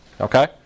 okay